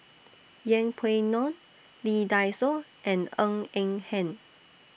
Yeng Pway Ngon Lee Dai Soh and Ng Eng Hen